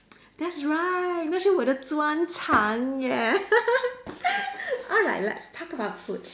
that's right 那是我的专场啊 alright let's talk about food